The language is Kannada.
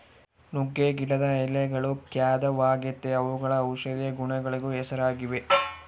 ನುಗ್ಗೆ ಗಿಡದ ಎಳೆಗಳು ಖಾದ್ಯವಾಗೆತೇ ಅವುಗಳು ಔಷದಿಯ ಗುಣಗಳಿಗೂ ಹೆಸರಾಗಿವೆ